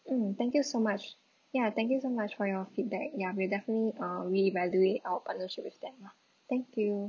mm thank you so much ya thank you so much for your feedback ya we'll definitely uh reevaluate our partnership with them lah thank you